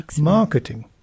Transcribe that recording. Marketing